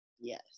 Yes